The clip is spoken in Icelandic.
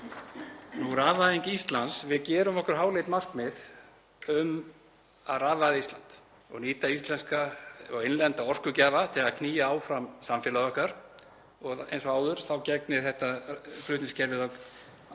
Rafvæðing Íslands. Við gerum okkur háleit markmið um að rafvæða Ísland og nýta innlenda orkugjafa til að knýja áfram samfélagið okkar og eins og áður þá gegnir flutningskerfið algjöru